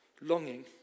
longing